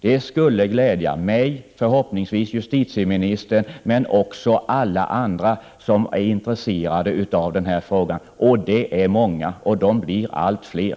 Det skulle glädja mig, justitieministern, men också alla andra som är intresserade av denna fråga. Det är många och det blir allt fler.